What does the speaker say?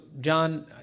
John